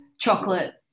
chocolate